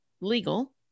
legal